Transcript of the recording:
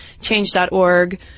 change.org